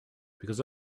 because